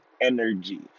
energy